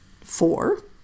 Four